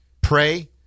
Pray